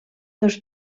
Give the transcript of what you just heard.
dos